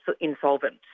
insolvent